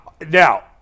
Now